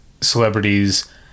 celebrities